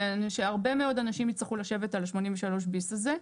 הרבה מאוד אנשים יצטרכו לשבת על ה-83 ביסט הזה.